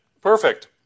perfect